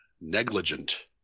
negligent